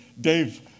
Dave